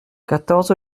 quatorze